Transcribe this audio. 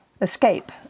Escape